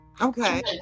Okay